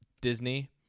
Disney